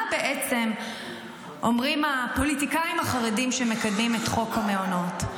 מה בעצם אומרים הפוליטיקאים החרדים שמקדמים את חוק המעונות?